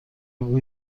بگو